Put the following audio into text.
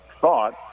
thought